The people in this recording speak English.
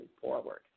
forward